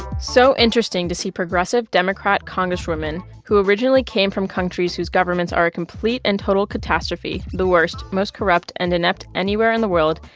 so interesting to see progressive democrat congresswomen who originally came from countries whose governments are a complete and total catastrophe the worst, most corrupt and inept anywhere in the world,